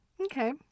Okay